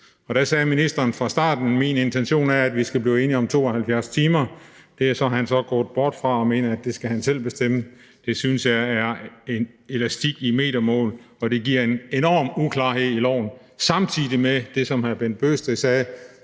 Og der sagde ministeren fra starten af: Min intention er, at vi skal blive enige om 72 timer. Det er han så gået bort fra og mener, at det skal han selv bestemme. Det synes jeg er en elastik i metermål, og det giver en enorm uklarhed i loven, og samtidig med det får vi, som hr. Bent Bøgsted sagde,